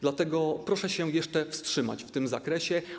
Dlatego proszę się jeszcze wstrzymać w tym zakresie.